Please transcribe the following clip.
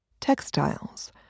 Textiles